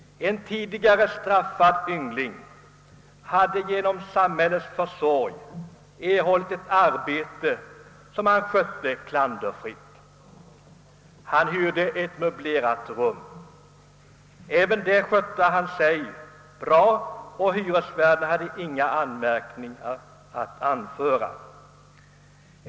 En tidigare straffad yngling hade genom samhällets försorg erhållit ett arbete, som han skötte klanderfritt. Han hyrde ett möblerat rum. Även där skötte han sig bra och hyresvärden hade inga anmärkningar att rikta mot honom.